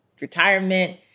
retirement